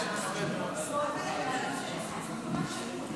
אחרי ההצבעה.